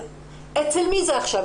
אצל מי זה עכשיו,